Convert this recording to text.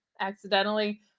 Accidentally